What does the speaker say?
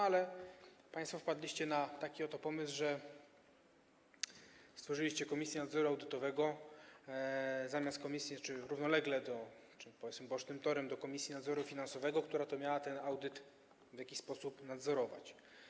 Ale państwo wpadliście na taki oto pomysł, że stworzyliście Komisję Nadzoru Audytowego zamiast komisji, czyli powiedzmy - bocznym torem do Komisji Nadzoru Finansowego, która to miała ten audyt w jakiś sposób nadzorować.